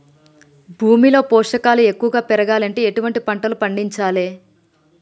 భూమిలో పోషకాలు ఎక్కువగా పెరగాలంటే ఎటువంటి పంటలు పండించాలే?